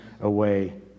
away